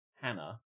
Hannah